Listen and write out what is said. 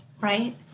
Right